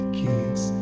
kids